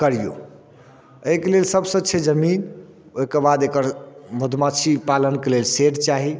करियौ एहिके लेल सभसँ छै जमीन ओइके बाद एकर मधुमाछी पालनके लेल शेड चाही